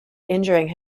injuring